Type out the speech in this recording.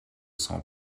son